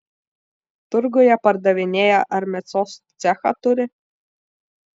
turguje pardavinėja ar mėsos cechą turi